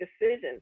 decisions